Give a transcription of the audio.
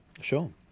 Sure